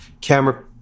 camera